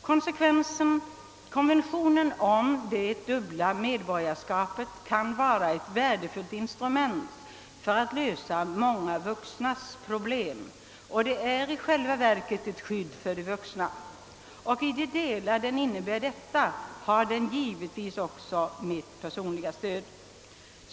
Konventionen om det dubbla medborgarskapet kan vara ett värdefullt instrument för att lösa många vuxnas problem, och den är i själva verket ett skydd för vuxna. I de delar den innebär detta har den givetvis också mitt stöd.